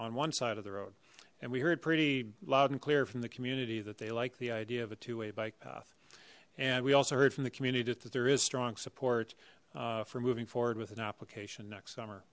on one side of the road and we heard pretty loud and clear from the community that they like the idea of a two way bike path and we also heard from the community that there is strong support for moving forward with an application next summer